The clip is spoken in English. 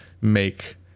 make